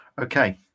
okay